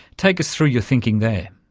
take us through your thinking there.